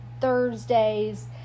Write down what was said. Thursdays